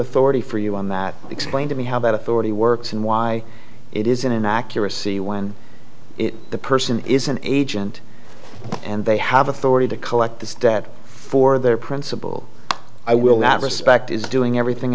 authority for you on that explain to me how that authority works and why it is an inaccuracy when the person is an agent and they have authority to collect this data for their principal i will not respect is doing everything